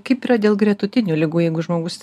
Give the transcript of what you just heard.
kaip yra dėl gretutinių ligų jeigu žmogus